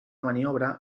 maniobra